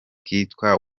kitwa